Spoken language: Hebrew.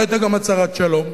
לא היתה גם הצהרת שלום.